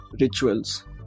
rituals